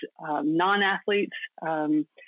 non-athletes